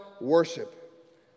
worship